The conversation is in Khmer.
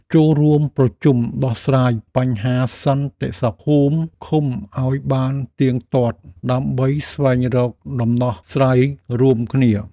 ចូលរួមប្រជុំដោះស្រាយបញ្ហាសន្តិសុខភូមិឃុំឱ្យបានទៀងទាត់ដើម្បីស្វែងរកដំណោះស្រាយរួមគ្នា។